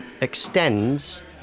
extends